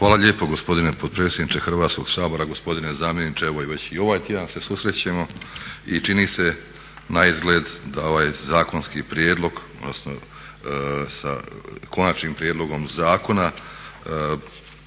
Hvala lijepo gospodine potpredsjedniče Hrvatskog sabora, gospodine zamjeniče. Evo već i ovaj tjedan se susrećemo i čini se naizgled da ovaj zakonski prijedlog, odnosno sa konačnim prijedlogom zakona